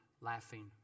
laughing